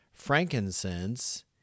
frankincense